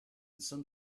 some